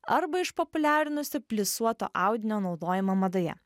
arba išpopuliarinusį plisuoto audinio naudojimą madoje